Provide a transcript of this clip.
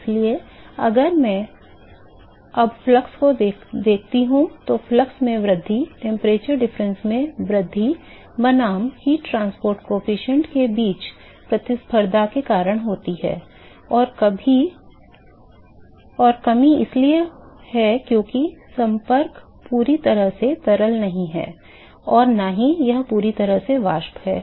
इसलिए अगर मैं अब फ्लक्स को देखता हूं तो फ्लक्स में वृद्धि तापमान अंतर में वृद्धि बनाम ऊष्मा परिवहन गुणांक में कमी के बीच प्रतिस्पर्धा के कारण होती है और कमी इसलिए है क्योंकि संपर्क पूरी तरह से तरल नहीं है और न ही यह पूरी तरह से वाष्प है